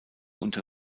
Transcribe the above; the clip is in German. unter